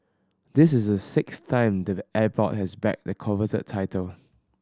this is the sixth time the airport has bagged the coveted title